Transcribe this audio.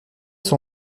son